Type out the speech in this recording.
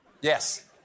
Yes